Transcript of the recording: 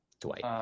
Dwight